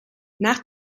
nach